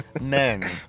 Men